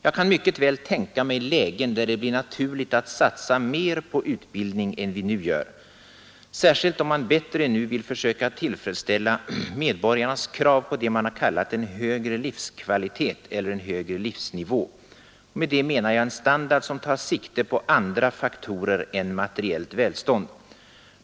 Jag kan mycket väl tänka mig lägen där det blir naturligt att satsa mer på utbildning än vi nu gör — särskilt om man bättre än nu vill försöka tillfredsställa medborgarnas krav på det man har kallat en högre livskvalitet eller en högre livsnivå. Med det menar jag en standard som tar sikte på andra faktorer än materiellt välstånd.